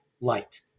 light